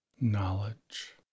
knowledge